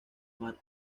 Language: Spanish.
mar